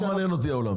לא מעניין אותי העולם.